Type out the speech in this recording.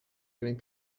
getting